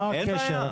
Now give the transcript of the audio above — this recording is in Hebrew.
מה הקשר?